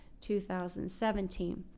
2017